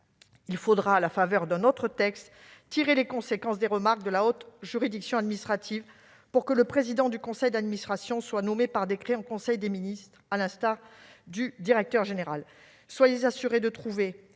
Il faudra, à la faveur d'un autre texte, tirer les conséquences des remarques de la haute juridiction administrative pour que le président du conseil d'administration soit nommé par décret en conseil des ministres, à l'instar du directeur général. Soyez assurée de trouver